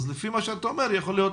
לפי מה שאתה אומר יכול להיות